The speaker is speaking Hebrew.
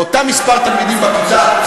אותו מספר תלמידים בכיתה?